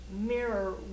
mirror